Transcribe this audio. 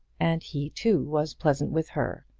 and he, too, was pleasant with her,